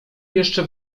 jeszcze